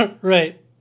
right